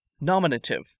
Nominative